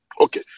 Okay